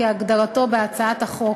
כהגדרתו בהצעת החוק,